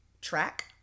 track